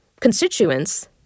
constituents